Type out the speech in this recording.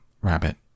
Rabbit